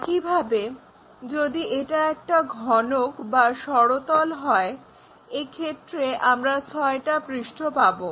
একইভাবে যদি এটা একটা ঘনক বা ষড়তল হয় এক্ষেত্রে আমরা ছয়টা পৃষ্ঠ পাবো